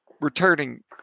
returning